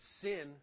sin